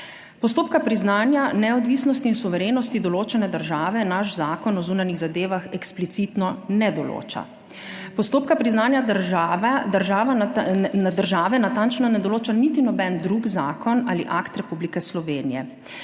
Postopka priznanja neodvisnosti in suverenosti določene države naš zakon o zunanjih zadevah eksplicitno ne določa. Postopka priznanja države natančno ne določa niti noben drug zakon ali akt Republike Slovenije.